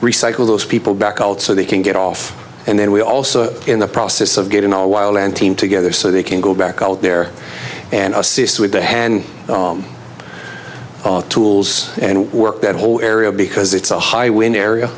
recycle those people back out so they can get off and then we also in the process of getting all wild and team together so they can go back out there and assist with the hand tools and work that whole area because it's a high wind area